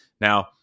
Now